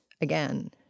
again